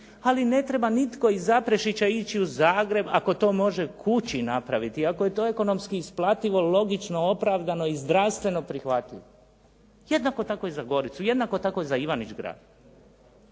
Ali ne treba nitko iz Zaprešića ići u Zagreb ako to može kući napraviti, ako je to ekonomski isplativo, logično, opravdano i zdravstveno prihvatljivo. Jednako tako i za Goricu, jednako tako i za Ivanić-Grad.